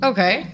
Okay